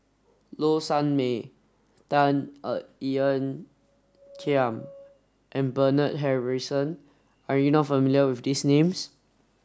Low Sanmay Tan Ean Kiam and Bernard Harrison are you not familiar with these names